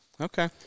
Okay